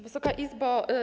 Wysoka Izbo!